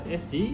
sg